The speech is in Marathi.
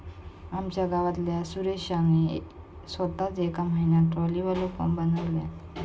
आमच्या गावातल्या सुरेशान सोताच येका म्हयन्यात ट्रॉलीवालो पंप बनयल्यान